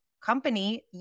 company